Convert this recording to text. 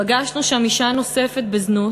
פגשנו שם אישה נוספת בזנות,